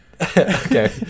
Okay